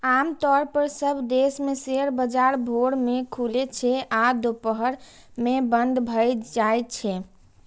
आम तौर पर सब देश मे शेयर बाजार भोर मे खुलै छै आ दुपहर मे बंद भए जाइ छै